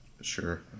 Sure